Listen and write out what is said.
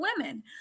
women